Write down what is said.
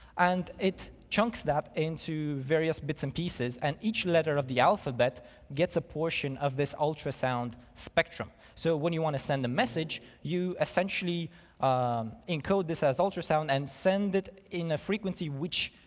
and it chunks that into various bits and pieces and each letter of the alphabet gets a portion of this ultrasound spectrum, so when you want to send a message, you essentially encode this as ultrasound and send it in a frequency which,